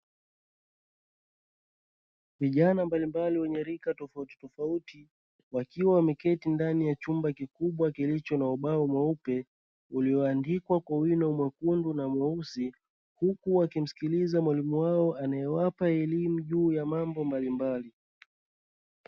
Vijana mbalimbali wenye rika tofautitofauti wakiwa wameketi ndani ya chumba kikubwa kilicho na ubao mweupe, ulioandikwa kwa wino mwekundu na mweusi, huku wakimsikiliza mwalimu wao anayewapa elimu juu ya mambo mbalimbali.